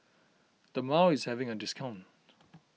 Dermale is having a discount